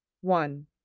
one